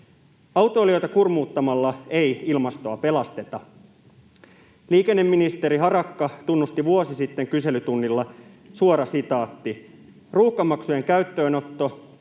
Autoilijoita kurmuuttamalla ei ilmastoa pelasteta. Liikenneministeri Harakka tunnusti vuosi sitten kyselytunnilla: ”Ruuhkamaksujen käyttöönotto